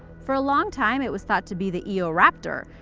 for a long time, it was thought to be the eoraptor,